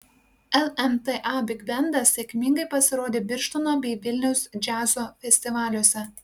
lmta bigbendas sėkmingai pasirodė birštono bei vilniaus džiazo festivaliuose